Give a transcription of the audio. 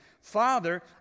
Father